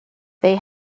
they